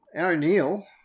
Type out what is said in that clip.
O'Neill